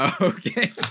Okay